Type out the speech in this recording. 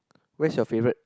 where's your favourite